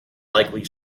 likely